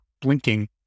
blinking